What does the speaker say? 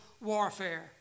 warfare